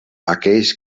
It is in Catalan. aquells